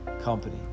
company